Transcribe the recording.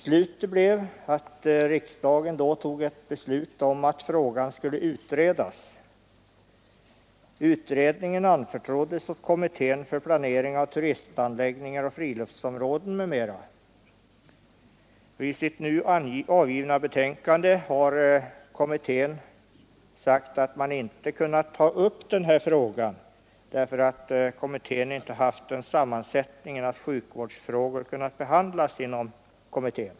Slutet blev att riksdagen då fattade ett beslut om att frågan skulle utredas. Utredningen anförtroddes åt kommittén för planering av turistanläggningar och friluftsområden m.m. I sitt nu avgivna betänkande har kommittén sagt att man inte kunnat ta upp denna fråga därför att kommittén inte haft den sammansättningen att sjukvårdsfrågor kunnat behandlas inom densamma.